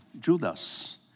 Judas